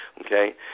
Okay